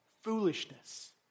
foolishness